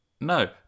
no